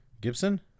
Gibson